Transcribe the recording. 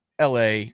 LA